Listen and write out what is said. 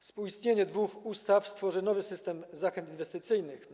Współistnienie dwóch ustaw stworzy nowy system zachęt inwestycyjnych.